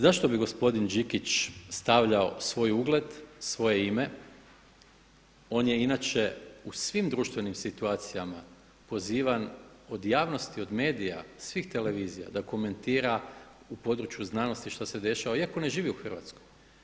Zašto bi gospodin Đikić stavljao svoj ugled, svoje ime, on je inače u svim društvenim situacijama pozivan, od javnosti, od medija, svih televizija da komentira u području znanosti što se dešava iako ne živi u Hrvatskoj?